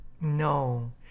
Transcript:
No